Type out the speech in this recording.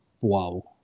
wow